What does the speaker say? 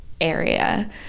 area